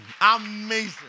amazing